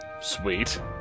Sweet